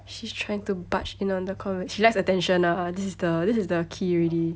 she's trying to barge in on the conv~ she likes attention ah this is the this is the key already